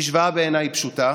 בעיניי, המשוואה היא פשוטה,